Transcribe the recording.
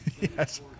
Yes